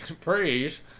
Please